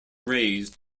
raised